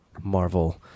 Marvel